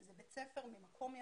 זה בית ספר ממקום ידוע.